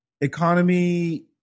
economy